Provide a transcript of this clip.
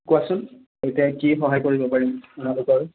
কোৱাচোন এতিয়া কি সহায় কৰিব পাৰিম আপোনালোকৰ